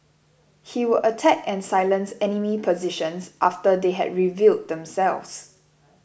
he would attack and silence enemy positions after they had revealed themselves